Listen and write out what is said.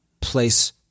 place